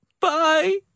Bye